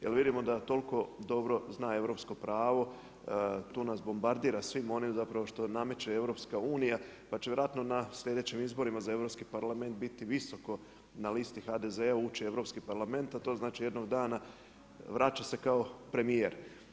Jer vidimo da toliko dobro zna europsko pravo, tu nas bombardira svim onim što nameće EU, pa će vjerojatno na sljedećim izborima za Europski parlament, biti visoko na listi HDZ-a, ući u Europski parlament, a to znači jednog dana, vraća se kao premjer.